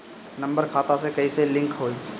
Number खाता से कईसे लिंक होई?